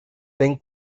ten